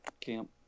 camp